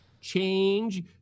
change